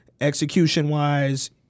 execution-wise